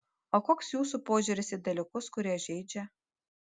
o koks jūsų požiūris į dalykus kurie žeidžia